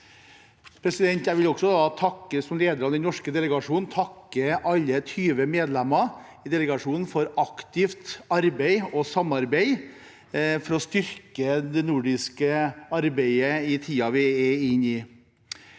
delegasjonen, takke alle 20 medlemmer i delegasjonen for aktivt arbeid og samarbeid for å styrke det nordiske arbeidet i tiden vi er inne i.